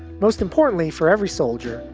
most importantly, for every soldier,